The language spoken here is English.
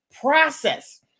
process